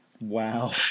wow